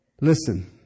listen